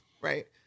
right